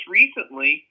recently